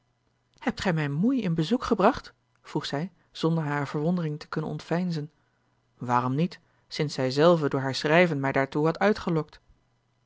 hebt gij mijne moei een bezoek gebracht vroeg zij zonder hare verwondering te kunnen ontveinzen waarom niet sinds zij zelve door haar schrijven mij daartoe had uitgelokt